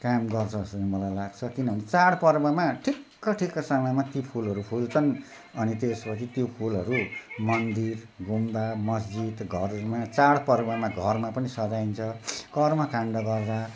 काम गर्छ जस्तो चाहिँ मलाई लाग्छ किनभने चाडपर्वमा ठिक्क ठिक्क समयमा ती फुलहरू फुल्छन् अनि त्यसरी त्यो फुलहरू मन्दिर गुम्बा मस्जिद घरहरूमा चाडपर्वमा घरमा पनि सजाइन्छ कर्मकाण्ड गर्दा